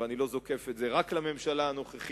ואני לא זוקף את זה רק לממשלה הנוכחית.